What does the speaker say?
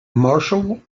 marshall